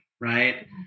right